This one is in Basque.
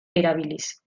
erabiliz